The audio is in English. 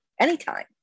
anytime